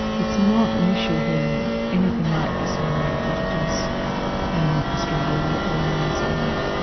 it's not an issue here in anything like the same way that it is in australia or or in new zealand,